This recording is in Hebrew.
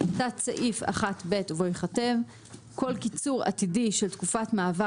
תת סעיף 1(ב) ובו ייכתב 'כל קיצור עתידי של תקופת מעבר